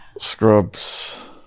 scrubs